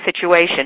situation